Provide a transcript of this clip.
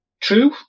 True